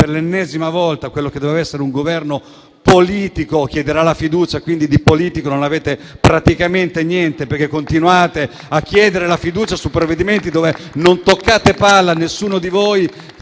Per l'ennesima volta, quello che doveva essere un Governo politico chiederà la fiducia. Di politico non avete praticamente niente, perché continuate a chiedere la fiducia su provvedimenti dove non toccate palla, nessuno di voi